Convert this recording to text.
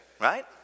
right